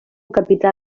capità